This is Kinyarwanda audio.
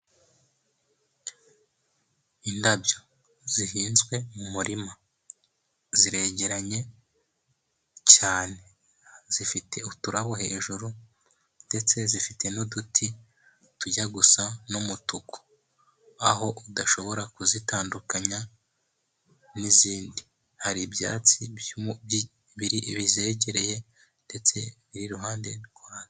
Indabyo zihinzwe mu murima, ziregeranye cyane, zifite uturabo hejuru, ndetse zifite n'uduti tujya gusa n'umutuku, aho udashobora kuzitandukanya n'izindi, hari ibyatsi bizegereye ndetse biri iruhande rwazo.